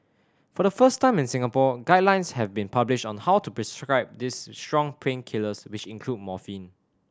for the first time in Singapore guidelines have been published on how to prescribe these strong painkillers which include morphine